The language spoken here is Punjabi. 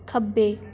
ਖੱਬੇ